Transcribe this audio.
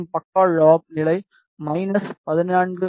மற்றும் பக்க லாப் நிலை மைனஸ் 17